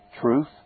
Truth